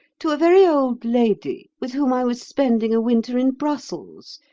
to a very old lady with whom i was spending a winter in brussels,